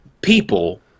people